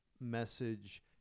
message